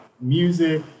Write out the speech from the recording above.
music